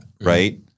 right